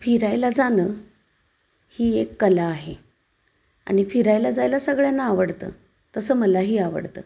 फिरायला जाणं ही एक कला आहे आणि फिरायला जायला सगळ्यांना आवडतं तसं मलाही आवडतं